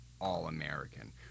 all-American